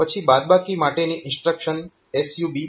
પછી બાદબાકી માટેની ઇન્સ્ટ્રક્શન SUB છે